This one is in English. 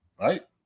right